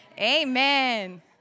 Amen